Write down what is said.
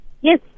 Yes